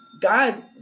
God